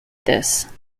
this